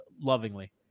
lovingly